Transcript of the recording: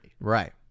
Right